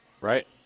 Right